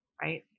right